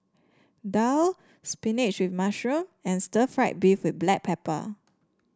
daal spinach with mushroom and Stir Fried Beef with Black Pepper